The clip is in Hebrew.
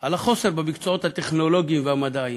על המחסור בתחומי המקצועות הטכנולוגיים והמדעיים.